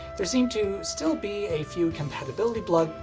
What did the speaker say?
there seem to still be a few compatibility blugs,